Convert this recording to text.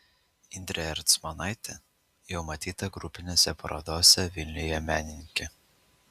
indrė ercmonaitė jau matyta grupinėse parodose vilniuje menininkė